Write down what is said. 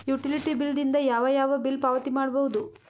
Utility bill ದಿಂದ ಯಾವ ಯಾವ ಬಿಲ್ ಪಾವತಿ ಮಾಡಬಹುದು?